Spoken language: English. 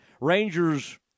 Rangers